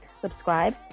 subscribe